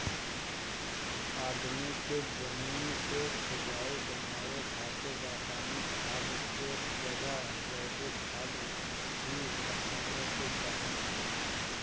आदमी के जमीन के उपजाऊ बनावे खातिर रासायनिक खाद के जगह जैविक खाद ही अपनावे के चाही